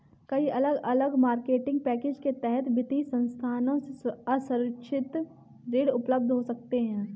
कई अलग अलग मार्केटिंग पैकेज के तहत वित्तीय संस्थानों से असुरक्षित ऋण उपलब्ध हो सकते हैं